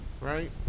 right